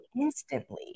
instantly